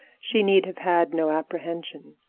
she need have had no apprehension.